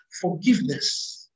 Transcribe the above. Forgiveness